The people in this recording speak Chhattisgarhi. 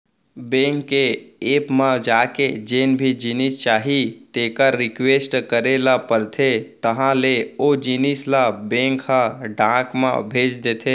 बेंक के ऐप म जाके जेन भी जिनिस चाही तेकर रिक्वेस्ट करे ल परथे तहॉं ले ओ जिनिस ल बेंक ह डाक म भेज देथे